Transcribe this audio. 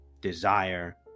desire